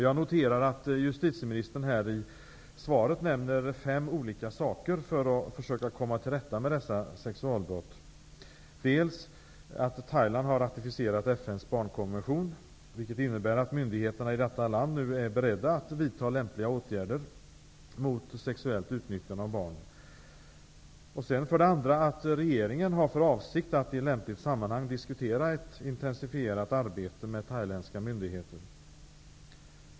Jag noterar att justitieministern i svaret nämner fem olika medel när det gäller att komma till rätta med dessa sexualbrott: För det första har Thailand ratificerat FN:s barnkonvention, vilket innebär att myndigheterna i det landet nu är beredda att vidta lämpliga åtgärder mot sexuellt utnyttjande av barn. För det andra har regeringen för avsikt att i lämpligt sammanhang diskutera ett intensifierat samarbete med thailändska myndigheter.